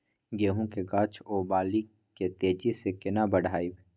गेहूं के गाछ ओ बाली के तेजी से केना बढ़ाइब?